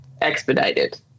expedited